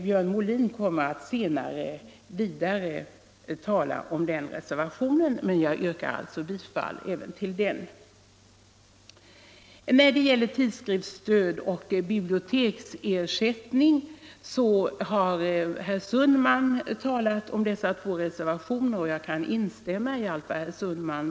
Björn Molin kommer senare att tala om den reservationen, men jag yrkar alltså bifall även till den. Herr Sundman har talat om de båda reservationer som gäller tidskriftsstöd och biblioteksersättning. Jag kan instämma i allt vad han sade.